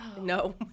No